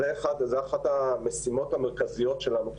זאת אחת המשימות המרכזיות שלנו כרגע.